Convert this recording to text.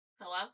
Hello